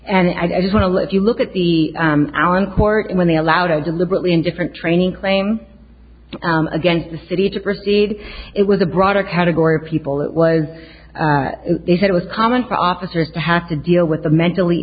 and i just want to let you look at the hour in court when they allowed a deliberately indifferent training claim against the city to proceed it was a broader category of people it was this it was common for officers to have to deal with the mentally